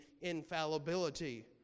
infallibility